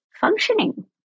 functioning